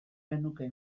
genuke